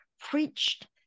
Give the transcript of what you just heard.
preached